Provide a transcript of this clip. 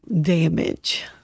damage